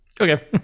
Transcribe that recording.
okay